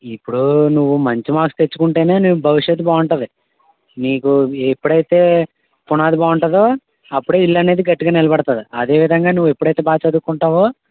ఇప్పుడు నువ్వు మంచి మర్క్స్ తెచ్చుకుంటేనే నీ భవిష్యత్ బాగుంటది నీకు ఎప్పుడైతే పునాది బాగుంటదో అప్పుడే ఇళ్లనేది గట్టిగా నిలబడతది అదే విధంగా నువ్వు ఎప్పుడైతే బాగ చదువుకుంటావో